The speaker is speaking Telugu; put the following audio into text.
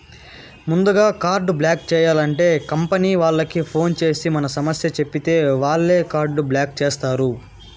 ముందుగా కార్డు బ్లాక్ చేయాలంటే కంపనీ వాళ్లకి ఫోన్ చేసి మన సమస్య చెప్పితే వాళ్లే కార్డు బ్లాక్ చేస్తారు